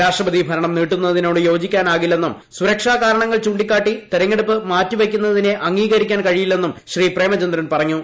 രാഷ്ട്രപതി ഭരണം നീട്ടുന്നതിനോട് യോജിക്കാനാകില്ലെന്നും സുരക്ഷ കാരണങ്ങൾ ചൂണ്ടിക്കാട്ടി തെരഞ്ഞെടുപ്പ് മാറ്റിവെക്കുന്നതിനെ അംഗീകരിക്കാൻ കഴിയില്ലെന്നും ശ്രീ പ്രേമചന്ദ്രൻ പറഞ്ഞു